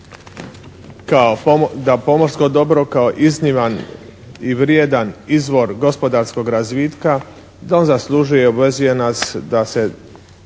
da, pomorsko dobro kao izniman i vrijedan izvor gospodarskog razvitka da zaslužuje i obvezuje nas da se